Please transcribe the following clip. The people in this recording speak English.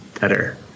better